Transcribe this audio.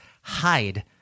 hide